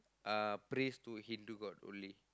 uh prays to Hindu god only